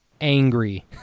angry